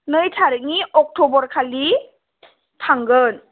नै थारिखनि अक्ट'बर खालि थांगोन